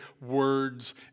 words